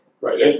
Right